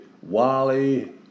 Wally